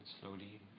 slowly